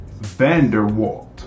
Vanderwalt